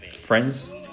Friends